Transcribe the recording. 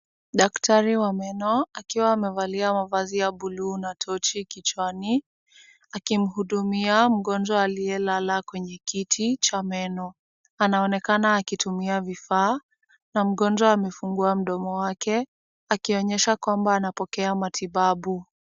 Daktari wa meno akiwa amevalia mavazi ya buluu na tochi kichwani. Akimhudumia mgonjwa aliyelala kwenye kiti cha meno, anaonekana akitumia vifaa na mgonjwa amefungua mdomo wake akionyesha kwamba anapokea matibabu.